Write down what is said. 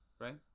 right